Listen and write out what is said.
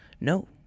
No